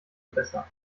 besser